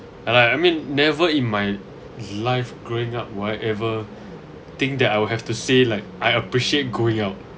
and I mean never in my life growing up whatever thing that I'll have to say like I appreciate going out